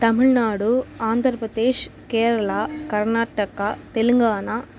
Tamil Nadu Andhra Pradesh Kerala Karnataka Telangana